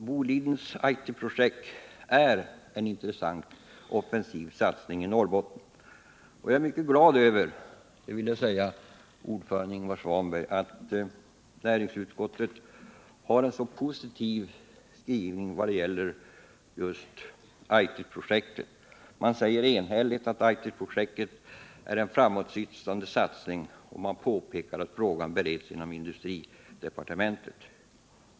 Bolidens Aitikprojekt är en intressant offensiv satsning i Norrbotten. Jag är mycket glad över — det vill jag säga till ordföranden Ingvar Svanberg — att näringsutskottet har en så positiv skrivning i vad gäller Aitikprojektet. Utskottet anser enhälligt att Aitikprojektet är en framåtsyftande satsning och påpekar att frågan bereds inom industridepartementet.